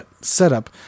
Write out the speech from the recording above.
setup